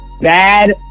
Bad